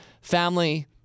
family